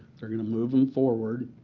they're going to move them forward.